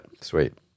Sweet